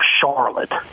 Charlotte